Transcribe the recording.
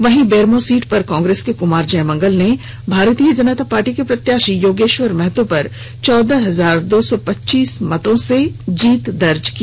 वहीं बेरमो सीट पर कांग्रेस के कुमार जयमंगल ने भारतीय जनता पार्टी के प्रत्याशी योगेश्वर महतो पर चौदह हजार दो सौ पच्चीस मतों से जीत दर्ज की